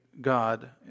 God